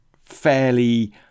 fairly